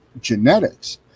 genetics